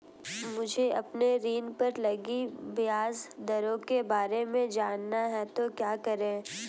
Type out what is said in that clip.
मुझे अपने ऋण पर लगी ब्याज दरों के बारे में जानना है तो क्या करें?